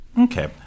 Okay